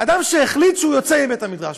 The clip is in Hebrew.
אדם שהחליט שהוא יוצא מבית-המדרש,